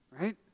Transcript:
right